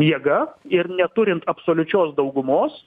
jėga ir neturint absoliučios daugumos